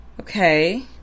Okay